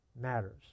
matters